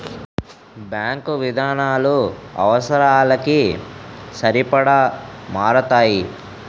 bank విధానాలు అవసరాలకి సరిపడా మారతాయి